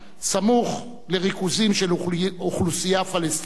סמוך לריכוזים של אוכלוסייה פלסטינית,